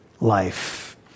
life